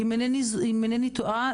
אם אינני טועה,